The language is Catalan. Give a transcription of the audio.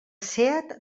seat